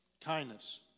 Kindness